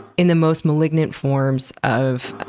in the most malignant forms of